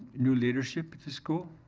new leadership at this school